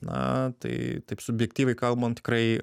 na tai taip subjektyviai kalbant tikrai